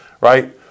right